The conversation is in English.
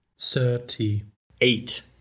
thirty-eight